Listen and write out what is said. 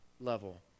level